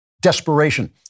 desperation